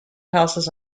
houses